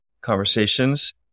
conversations